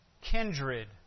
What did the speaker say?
kindred